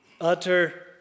utter